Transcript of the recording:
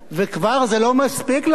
וכבר זה לא מספיק להם,